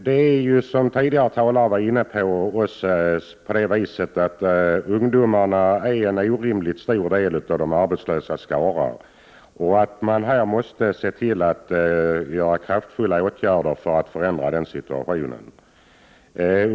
Ungdomarna utgör, som tidigare talare var inne på, en orimligt stor del av de arbetslösas skara. Här måste kraftfulla åtgärder vidtas för att förändra den situationen.